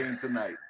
tonight